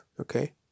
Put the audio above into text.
Okay